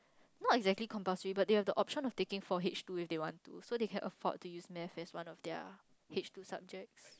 not exactly compulsory but they have the option of taking four H two if they want to so they can afford to use maths as one of their H two subjects